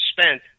spent